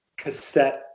cassette